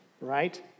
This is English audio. Right